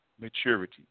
maturity